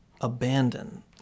abandon